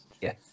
Yes